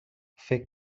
fer